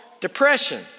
depression